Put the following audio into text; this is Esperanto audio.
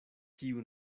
kiu